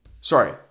sorry